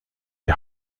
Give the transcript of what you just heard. die